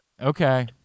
Okay